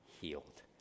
healed